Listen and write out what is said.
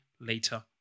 later